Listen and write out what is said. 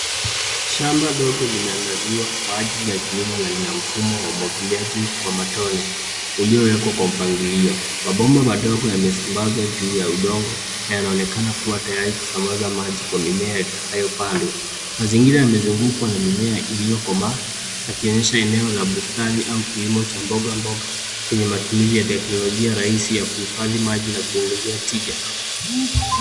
Shamba ndogo limeandaliwa kwa ajili ya kilimo na lina mfuma wa umwagiliaji kwa matone uliowekwa kwa mpangilio, mapomba madogo yamesambaza juu ya udongo na yanaonekana kuwa tayari kusambaza maji kwa mimea itakanyo pandwa. Mazingira yamezungukwa na mimea iliokoma yakionyesha eneo ya bustani au kilimo cha mboga mboga chenye matumizi ya kilimo rahizi ya kuhifadi maji na kuongezea tija.